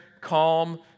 calm